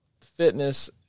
fitness